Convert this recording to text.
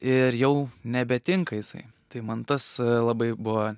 ir jau nebetinka jisai tai man tas labai buvo